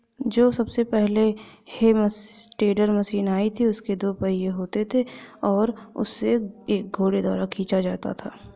जो सबसे पहले हे टेडर मशीन आई थी उसके दो पहिये होते थे और उसे एक घोड़े द्वारा खीचा जाता था